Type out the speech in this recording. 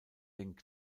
den